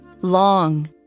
long